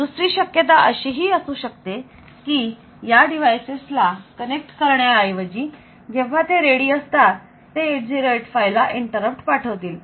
दुसरी शक्यता अशीही असू शकते किया डिव्हाइसेस ला कनेक्ट करण्याऐवजी जेव्हा ते तयार असतात ते 8085 ला इंटरप्ट पाठवतील